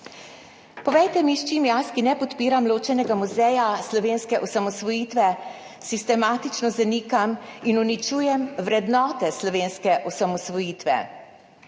Povejte mi, s čim jaz, ki ne podpiram ločenega muzeja slovenske osamosvojitve sistematično zanikam in uničujemvrednote slovenske osamosvojitve